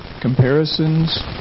comparisons